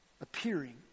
appearing